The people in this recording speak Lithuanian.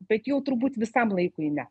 bet jau turbūt visam laikui ne